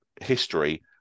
history